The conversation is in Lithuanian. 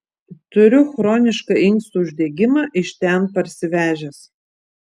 turiu chronišką inkstų uždegimą iš ten parsivežęs